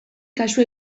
kasu